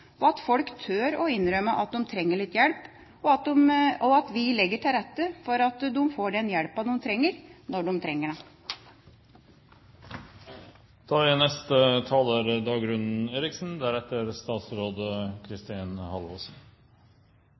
og at folk tør å innrømme at de trenger litt hjelp, og at vi legger til rette for at de får den hjelpen de trenger, når de trenger